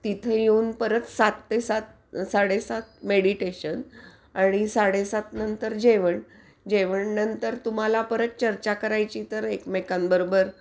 तिथे येऊन परत सात ते सात साडेसात मेडिटेशन आणि साडेसात नंतर जेवण जेवणानंतर तुम्हाला परत चर्चा करायची तर एकमेकांबरोबर